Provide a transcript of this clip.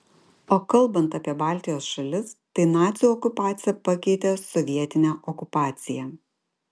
o kalbant apie baltijos šalis tai nacių okupacija pakeitė sovietinę okupaciją